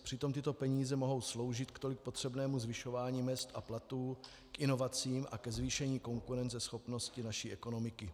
Přitom tyto peníze mohou sloužit k tolik potřebnému zvyšování mezd a platů, k inovacím a ke zvýšení konkurenceschopnosti naší ekonomiky.